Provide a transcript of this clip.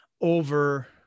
over